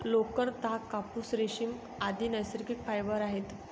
लोकर, ताग, कापूस, रेशीम, आदि नैसर्गिक फायबर आहेत